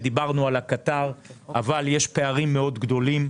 דיברנו על הקטר, אבל יש פערים מאוד גדולים.